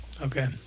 okay